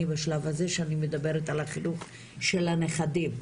אני בשלב הזה שאני מדברת על החינוך של הנכדים,